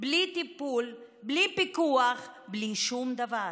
בלי טיפול, בלי פיקוח, בלי שום דבר.